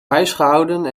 huisgehouden